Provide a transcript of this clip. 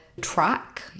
track